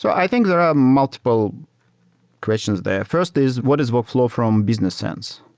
so i think there are multiple questions there. first is what is workflow from business sense?